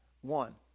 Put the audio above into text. One